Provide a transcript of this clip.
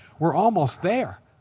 we're almost there.